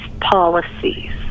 policies